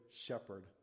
shepherd